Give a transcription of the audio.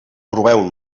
proveu